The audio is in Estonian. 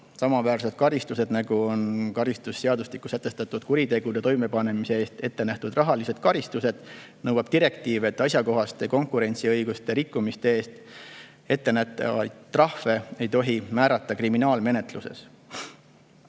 samaväärsed karistused, nagu on karistusseadustikus sätestatud kuritegude toimepanemise eest ette nähtud rahalised karistused, nõuab direktiiv, et asjakohaste konkurentsiõiguse rikkumiste eest ettenähtavaid trahve ei tohi määrata kriminaalmenetluses.